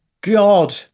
God